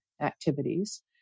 activities